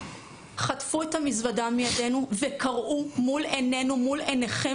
חטפו את המזוודה מידינו וקרעו מול עינינו ועיניהם